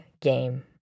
game